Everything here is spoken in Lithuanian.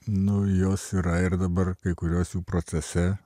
nu jos yra ir dabar kai kurios jų procese